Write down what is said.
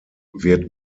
wird